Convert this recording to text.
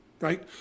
right